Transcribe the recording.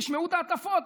תשמעו את ההטפות,